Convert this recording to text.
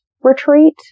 retreat